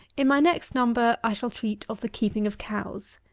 in my next number i shall treat of the keeping of cows.